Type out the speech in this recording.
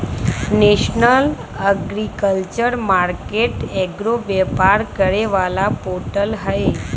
national agriculture market एगो व्यापार करे वाला पोर्टल हई